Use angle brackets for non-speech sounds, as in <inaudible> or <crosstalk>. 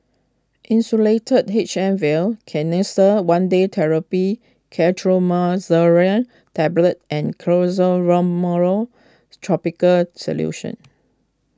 Insulatard H M Vial Canesten one Day therapy <unintelligible> Tablet and <unintelligible> tropical solution